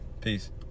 peace